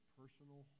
personal